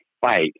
fight